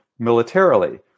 Militarily